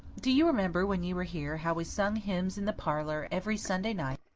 do you remember when you were here how we sung hymns in the parlour every sunday night,